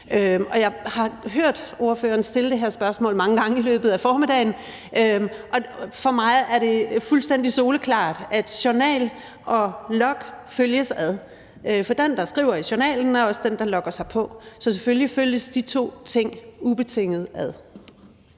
Jeg har hørt ordføreren stille det her spørgsmål mange gange i løbet af formiddagen. For mig er det fuldstændig soleklart, at journal og log følges ad, for den, der skriver i journalen, er også den, der logger sig på. Så selvfølgelig følges de to ting ubetinget ad.